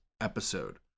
episode